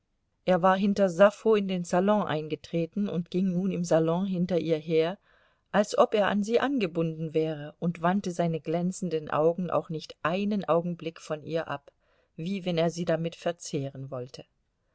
er war hinter sappho in den salon eingetreten und ging nun im salon hinter ihr her als ob er an sie angebunden wäre und wandte seine glänzenden augen auch nicht einen augenblick von ihr ab wie wenn er sie damit verzehren wollte